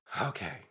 Okay